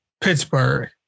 Pittsburgh